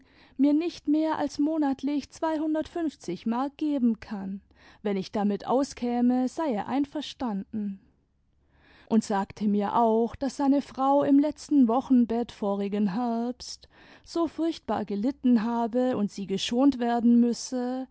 mir nicht mehr als monatlich zweihundertfünfzig mark geben kann wenn ich damit auskäme sei er einverstanden und sagte mir auch daß seine frau im letzten wochenbett vorigen herbst so furchtbar gelitten habe und sie geschont werden müsse